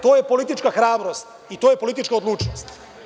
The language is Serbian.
To je politička hrabrost i to je politička odlučnost.